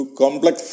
complex